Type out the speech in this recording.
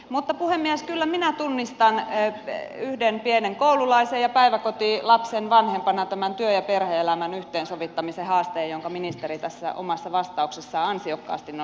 mutta puhemies kyllä minä tunnistan yhden pienen koululaisen ja päiväkotilapsen vanhempana tämän työ ja perhe elämän yhteensovittamisen haasteen jonka ministeri tässä omassa vastauksessaan ansiokkaasti nosti esille